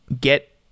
get